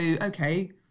okay